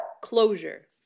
closure